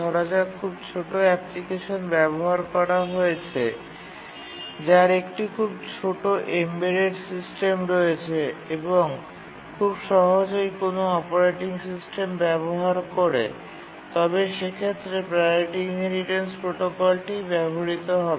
ধরা যাক খুব ছোট অ্যাপ্লিকেশন ব্যবহার করা হয়েছে যার একটি খুব ছোট এমবেডেড সিস্টেম রয়েছে এবং খুব সহজেই কোনও অপারেটিং সিস্টেম ব্যবহার করে তবে সেক্ষেত্রে প্রাওরিটি ইনহেরিটেন্স প্রোটোকলটিই ব্যবহৃত হবে